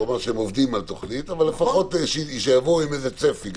הוא אמר שהם עובדים על תוכנית אבל שלפחות יבואו עם איזה צפי.